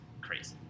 crazy